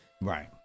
right